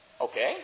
Okay